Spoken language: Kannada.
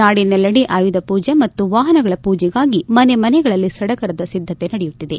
ನಾಡಿನೆಲ್ಲೆಡೆ ಆಯುಧ ಪೂಜೆ ಮತ್ತು ವಾಹನಗಳ ಪೂಜೆಗಾಗಿ ಮನೆ ಮನೆಗಳಲ್ಲಿ ಸಡಗರದ ಸಿದ್ದತೆ ನಡೆಯುತ್ತಿದೆ